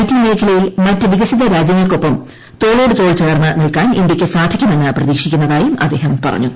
ടിമേഖലയിൽ മറ്റ് വികസിത രാജ്യങ്ങൾക്കൊപ്പം തോളോട് തോൾ ചേർന്ന് നിൽക്കാൻ ഇന്ത്യയ്ക്ക് സാധിക്കുമെന്ന് പ്രതീക്ഷിക്കുന്നതായും അദ്ദേഹം പറഞ്ഞു